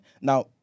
Now